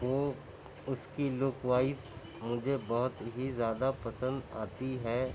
وہ اس کی لک وائز مجھے بہت ہی زیادہ پسند آتی ہے